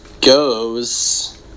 goes